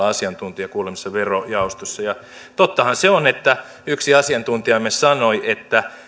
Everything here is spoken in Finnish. asiantuntijakuulemisissa verojaostossa ja tottahan se on että yksi asiantuntijamme sanoi että